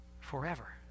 forever